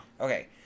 Okay